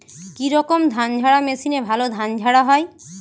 কি রকম ধানঝাড়া মেশিনে ভালো ধান ঝাড়া হয়?